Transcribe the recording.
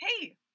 hey